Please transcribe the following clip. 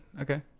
Okay